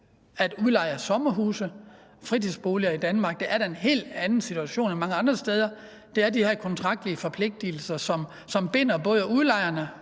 for udlejere af sommerhuse og fritidsboliger i Danmark er en helt anden situation end mange andre steder. Det er de her kontraktlige forpligtelser, som binder både udlejerne